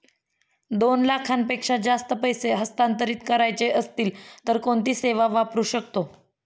दोन लाखांपेक्षा जास्त पैसे हस्तांतरित करायचे असतील तर कोणती सेवा वापरू शकतो?